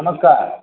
ନମସ୍କାର